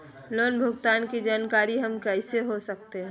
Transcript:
Loan भुगतान की जानकारी हम कैसे हो सकते हैं?